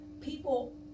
people